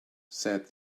said